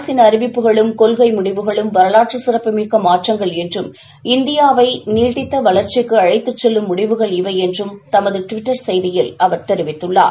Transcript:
அரசின் அறிவிப்புகளும் கொள்கை முடிவுகளும் வரலாற்று சிறப்புமிக்க மாற்றங்கள் என்றும் இந்தியாவை நீடித்த வளர்ச்சிக்கு அழைத்துச் செல்லும் முடிவுகள் இவை என்றும் தனது டுவிட்டர் செய்தியில் அவர் தெரிவித்துள்ளார்